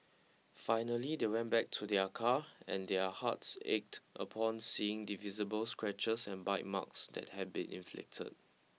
finally they went back to their car and their hearts ached upon seeing the visible scratches and bite marks that had been inflicted